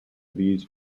these